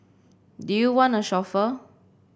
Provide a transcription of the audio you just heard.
do you want a chauffeur